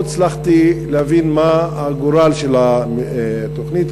לא הצלחתי להבין מה הגורל של התוכנית,